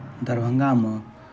दरभंगामे